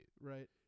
Right